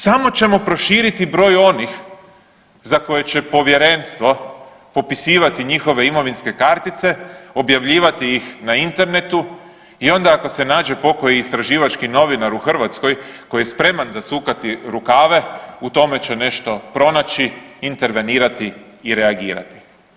Samo ćemo proširiti broj onih za koje će povjerenstvo popisivati njihove imovinske kartice, objavljivati ih na internetu i onda ako se nađe pokoji istraživački novinar u Hrvatskoj koji je spreman zasukati rukave u tome će nešto pronaći, intervenirati i reagirati.